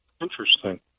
Interesting